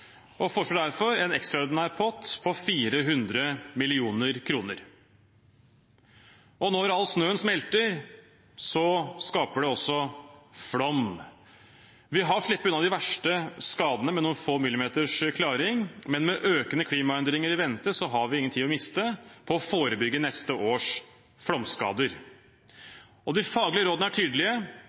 og foreslår derfor en ekstraordinær pott på 400 mill. kr. Når all snøen smelter, skaper det flom. Vi har sluppet unna de verste skadene med noen få millimeters klaring, men med økende klimaendringer i vente har vi ingen tid å miste for å forebygge neste års flomskader. De faglige rådene er tydelige.